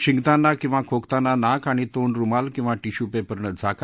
शिकताना किंवा खोकताना नाक आणि तोंड रुमाल किंवा टिश्यू पेपरनं झाका